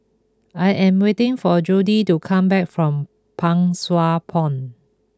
I am waiting for a Jody to come back from Pang Sua Pond